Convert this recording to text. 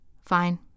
Fine